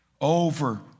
over